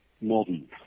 modern